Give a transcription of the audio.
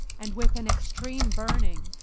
and with an extreme burning,